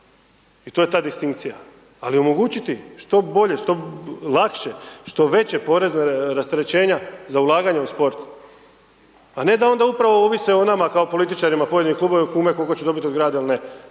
i to je ta distinkcija. Ali omogućiti što bolje, što lakše, što veća porezna rasterećenja za ulaganja u sport. A ne da onda upravo ovise o nama kao političarima pojedinih klubova i kume koliko će dobiti od grada ili ne.